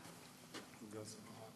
אדוני השר,